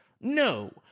No